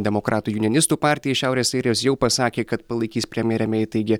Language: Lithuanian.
demokratų junionistų partija iš šiaurės airijos jau pasakė kad palaikys premjerę mei taigi